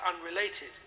unrelated